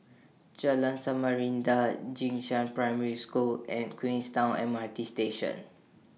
Jalan Samarinda Jing Shan Primary School and Queenstown M R T Station